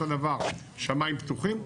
אותו דבר שמיים פתוחים.